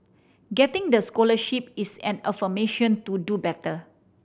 getting the scholarship is an affirmation to do better